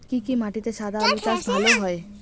কি কি মাটিতে সাদা আলু চাষ ভালো হয়?